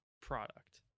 product